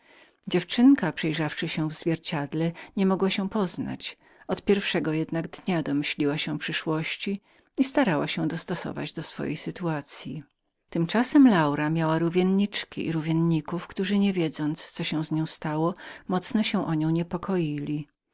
dziewczynka przejrzawszy się w zwierciedle nie mogła się poznać od pierwszego jednak dnia domyśliła się przyszłości i śmiało postanowiła iść za przeznaczeniem tymczasem laura miała rówienniczki i rówienników którzy nie wiedząc co się z nią stało mocno się o nią niepokoili